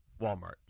Walmart